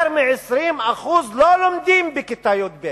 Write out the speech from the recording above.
יותר מ-20% לא לומדים בכיתה י"ב,